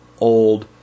old